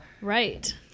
Right